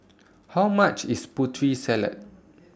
How much IS Putri Salad